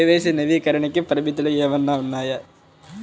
KYC నవీకరణకి పరిమితులు ఏమన్నా ఉన్నాయా?